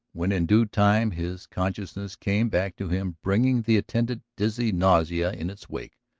when in due time his consciousness came back to him bringing the attendant dizzy nausea in its wake,